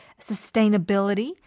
sustainability